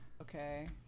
Okay